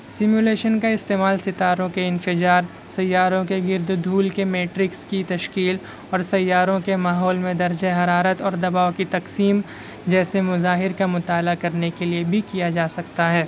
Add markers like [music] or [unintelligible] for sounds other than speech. [unintelligible] کا استعمال ستاروں کے انفجار سیاروں کے گرد دھول کے میٹرکس کی تشکیل اور سیاروں کے ماحول میں درجۂ حرارت اور دباؤ کی تقسیم جیسے مظاہر کا مطالعہ کرنے کے لئے بھی کیا جا سکتا ہے